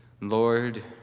Lord